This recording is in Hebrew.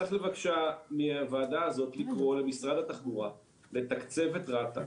וצריך בבקשה מהוועדה הזאת לקרוא למשרד התחבורה לתקצב את רת"א,